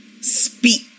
Speak